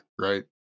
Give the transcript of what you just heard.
Right